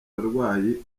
barwayi